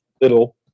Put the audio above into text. little